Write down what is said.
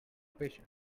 patient